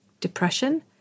depression